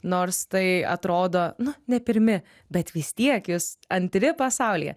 nors tai atrodo nu ne pirmi bet vis tiek jūs antri pasaulyje